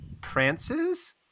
prances